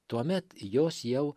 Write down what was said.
tuomet jos jau